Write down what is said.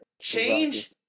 Change